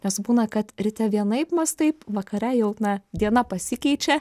nes būna kad ryte vienaip mąstai vakare jau na diena pasikeičia